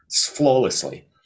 flawlessly